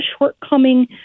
shortcoming